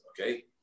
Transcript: Okay